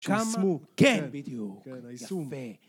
שיושמו, כמה כן, בדיוק, היישום, יפה.